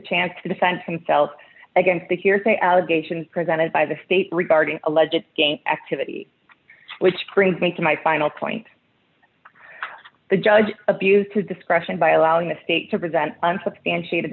chance to defend himself against the hearsay allegations presented by the state regarding a legit gang activity which brings me to my final point the judge abused his discretion by allowing the state to present unsubstantiated